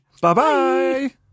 Bye-bye